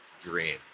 dream